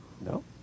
no